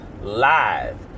live